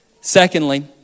Secondly